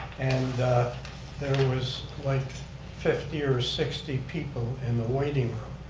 and there there was like fifty or sixty people in the waiting